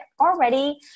already